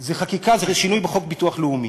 זו חקיקה, צריך שינוי בחוק ביטוח לאומי.